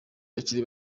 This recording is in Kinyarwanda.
bakiri